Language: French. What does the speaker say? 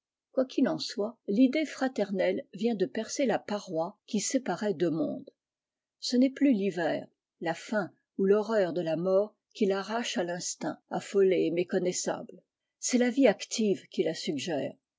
qu'il en soit l'idée fraternelle vient de percer la paroi qui séparait deux mondes ce n'est plus l'hiver la faim ou l'horreur de i mort qui tarrache à l'instinct affolée et méc naissable c'est la vie active qui la suggè